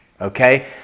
Okay